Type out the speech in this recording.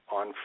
on